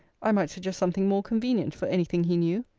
i might suggest something more convenient, for any thing he knew.